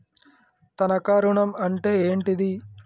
తనఖా ఋణం అంటే ఏంటిది?